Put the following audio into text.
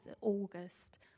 August